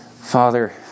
Father